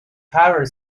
cover